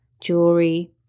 jewelry